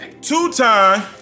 Two-time